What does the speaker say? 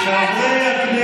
תודה, חבר הכנסת.